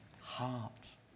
Heart